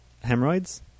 Hemorrhoids